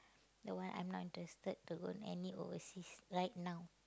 don't want I'm not interested to go any overseas right now